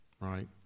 right